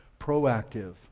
proactive